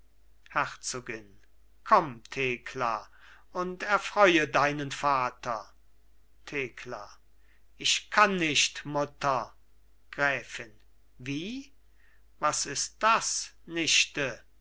herzogin komm thekla und erfreue deinen vater thekla ich kann nicht mutter gräfin wie was ist das nichte